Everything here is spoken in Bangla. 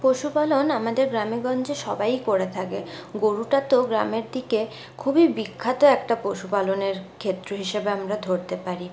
পশুপালন আমাদের গ্রামেগঞ্জে সবাই করে থাকে গোরুটা তো গ্রামের দিকে খুবই বিখ্যাত একটা পশুপালনের ক্ষেত্র হিসাবে আমরা ধরতে পারি